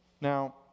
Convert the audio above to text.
Now